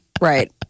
Right